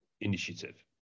initiative